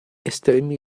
estremi